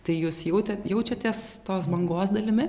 tai jūs jautėt jaučiatės tos bangos dalimi